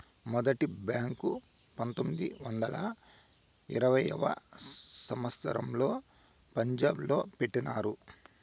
మొదటి బ్యాంకు పంతొమ్మిది వందల ఇరవైయవ సంవచ్చరంలో పంజాబ్ లో పెట్టినారు